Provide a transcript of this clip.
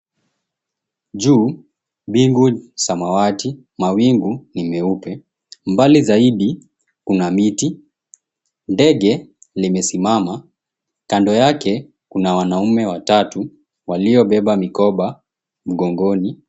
Juu bingu samawati, mawingu ni meupe. Mbali zaidi kuna miti. Ndege limesimama, kando yake kuna wanaume watatu waliobeba mikoba mgongoni.